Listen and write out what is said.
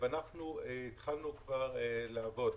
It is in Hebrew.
אנחנו התחלנו כבר לעבוד.